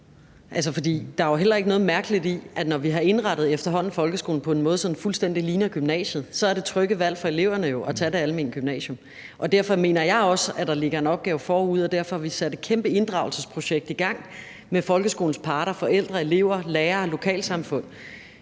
med folkeskolen. For når vi efterhånden har indrettet folkeskolen på en måde, så den fuldstændig ligner gymnasiet, så er der vel heller ikke noget mærkeligt i, at det trygge valg for eleverne er at tage det almene gymnasium. Derfor mener jeg også, at der ligger en opgave forude, og derfor har vi sat et kæmpe inddragelsesprojekt i gang med folkeskolens parter, forældre, elever, lærere og lokalsamfund,